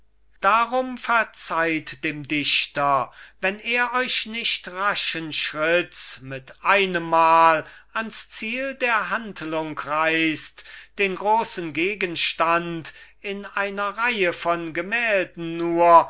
darum verzeiht dem dichter wenn er euch nicht raschen schritts mit einem mal ans ziel der handlung reißt den großen gegenstand in einer reihe von gemälden nur